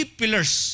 pillars